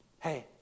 Hey